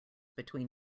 between